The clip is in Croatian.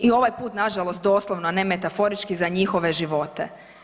I ovaj put na žalost doslovno ne metaforički za njihove živote.